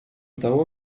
того